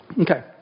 Okay